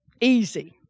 easy